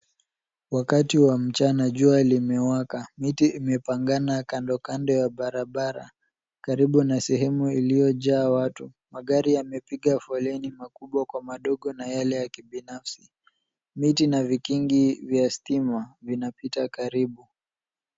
wakati wa makana jua limewakamiti imepangana kando ya barabara karibu na sehemu iliojaa watu magari yamepiga foleni makubwa kwa madogo na yale ya kibinafsi . Miti na vikingi vya stima vinapita karibu.